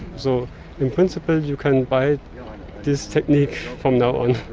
so in principle you can buy this technique from now on.